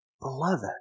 Beloved